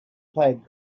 played